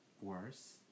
worse